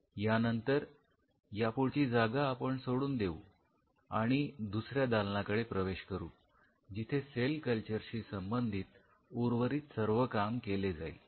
यानंतर यापुढची जागा आपण सोडून देऊ आणि दुसऱ्या दालनाकडे प्रवेश करू जिथे सेल कल्चर शी संबंधित उर्वरित सर्व काम केले जाईल